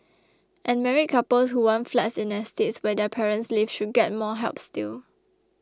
and married couples who want flats in estates where their parents live should get more help still